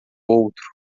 outro